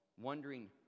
wondering